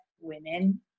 women